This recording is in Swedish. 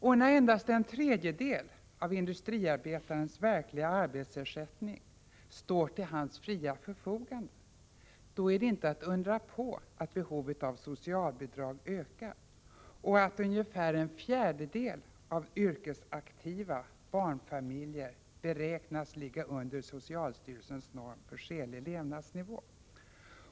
Och när endast en tredjedel av industriarbetarens verkliga arbetsersättning står till hans fria förfogande, är det inte att undra på att behovet av socialbidrag ökar och att en fjärdedel av yrkesaktiva barnfamiljer beräknas ligga under socialstyrelsens norm för skälig levnadsnivå.